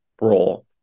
role